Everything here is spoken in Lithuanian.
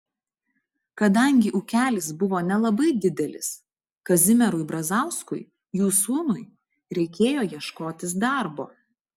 kadangi ūkelis buvo nelabai didelis kazimierui brazauskui jų sūnui reikėjo ieškotis darbo